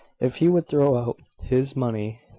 if he would throw out his money!